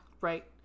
Right